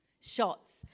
shots